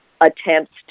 attempts